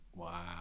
Wow